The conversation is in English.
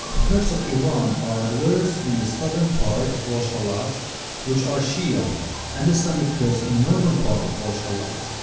the kurds of iran are lurs in the southern part of rojhelat which are shia and the sunni-kurds in northern part of ah rojhelat. like